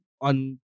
on